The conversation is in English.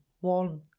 one